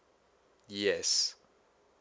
yes